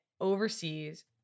overseas